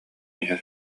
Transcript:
иһэр